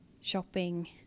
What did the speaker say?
shopping